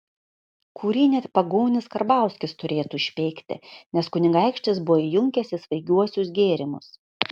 kurį net pagonis karbauskis turėtų išpeikti nes kunigaikštis buvo įjunkęs į svaigiuosius gėrimus